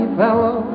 fellow